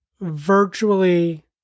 virtually